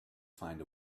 find